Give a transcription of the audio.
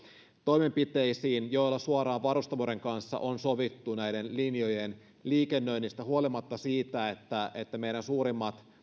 toimenpiteisiin joilla suoraan varustamoiden kanssa on sovittu näiden linjojen liikennöinnistä huolimatta siitä että että meidän suurimmat